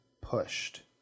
pushed